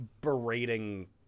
berating